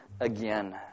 again